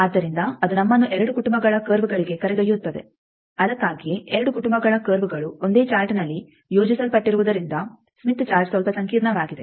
ಆದ್ದರಿಂದ ಅದು ನಮ್ಮನ್ನು ಎರಡು ಕುಟುಂಬಗಳ ಕರ್ವ್ಗಳಿಗೆ ಕರೆದೊಯ್ಯುತ್ತದೆ ಅದಕ್ಕಾಗಿಯೇ ಎರಡು ಕುಟುಂಬಗಳ ಕರ್ವ್ಗಳು ಒಂದೇ ಚಾರ್ಟ್ನಲ್ಲಿ ಯೋಜಿಸಲ್ಪಟ್ಟಿರುವುದರಿಂದ ಸ್ಮಿತ್ ಚಾರ್ಟ್ ಸ್ವಲ್ಪ ಸಂಕೀರ್ಣವಾಗಿದೆ